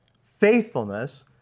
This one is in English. faithfulness